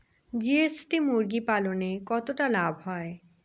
GST মুরগি পালনে কতটা লাভ হয়?